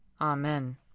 Amen